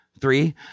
three